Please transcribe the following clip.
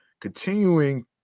Continuing